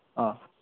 अँ